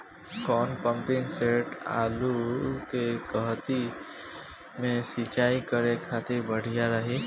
कौन pumping set आलू के कहती मे सिचाई करे खातिर बढ़िया रही?